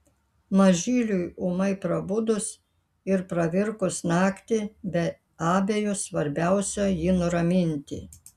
mažyliui ūmai prabudus ir pravirkus naktį be abejo svarbiausia jį nuraminti